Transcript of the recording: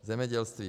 Zemědělství.